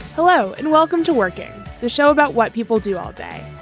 hello and welcome to working the show about what people do all day.